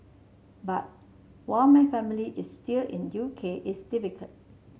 but while my family is still in U K it's difficult